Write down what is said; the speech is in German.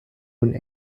und